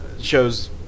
shows